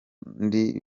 kandi